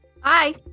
Hi